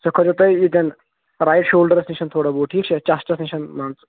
سُہ کھٲلۍو تُہۍ ییٚتٮ۪ن رایِٹ شولڈَرَس نِش تھوڑا بہت ٹھیٖک چھا چَسٹَس نِش مان ژٕ